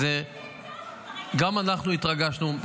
גם אנחנו התרגשנו,